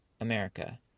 America